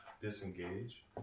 disengage